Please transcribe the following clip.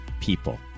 people